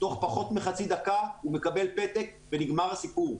תוך פחות מחצי דקה הוא מקבל פתק ונגמר הסיפור.